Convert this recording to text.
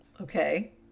Okay